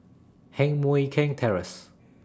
Heng Mui Keng Terrace